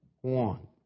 one